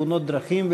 תאונות דרכים,